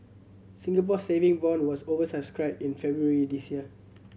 Singapore Saving Bond was over subscribed in February this year